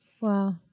Wow